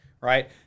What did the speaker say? Right